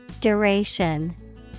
Duration